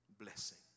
blessing